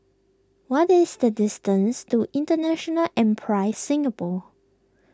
what is the distance to International Enterprise Singapore